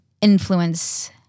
influence